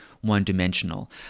one-dimensional